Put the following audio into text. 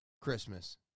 Christmas